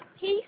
peace